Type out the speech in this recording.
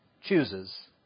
chooses